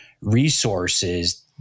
resources